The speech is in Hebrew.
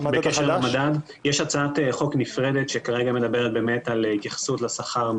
יש הצעת חוק נפרדת שמדברת על לשנות את